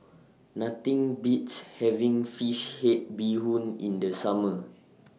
Nothing Beats having Fish Head Bee Hoon in The Summer